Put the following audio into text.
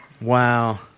Wow